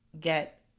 get